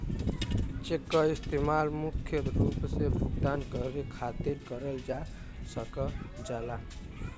check क इस्तेमाल मुख्य रूप से भुगतान करे खातिर करल जा सकल जाला